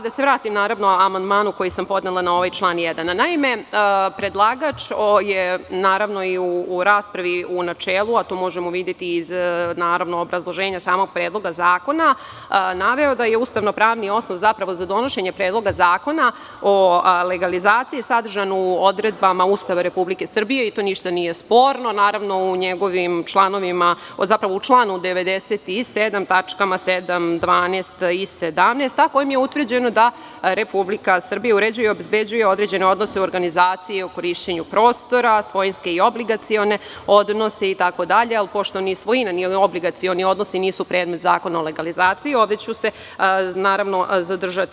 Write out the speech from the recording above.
Da se vratim amandmanu koji sam podnela na ovaj član 1. Naime, predlagač je i u raspravi u načelu, a to možemo videti iz obrazloženja samog Predloga zakona, naveo da je ustavno-pravni osnov za donošenje Predloga zakona o legalizaciji zadržan u odredbama Ustava Republike Srbije i to ništa nije sporno u članu 97. tačkama 7), 12) i 17, a kojim je utvrđeno da Republika Srbija uređuje i obezbeđuje određene odnose u organizaciji i u korišćenju prostora, svojinske i obligacione odnose itd, ali pošto ni svojina ni obligacioni odnosi nisu predmet Zakona o legalizaciji, ovde ću se zadržati.